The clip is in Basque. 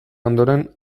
ondoren